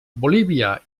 bolívia